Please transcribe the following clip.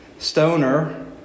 Stoner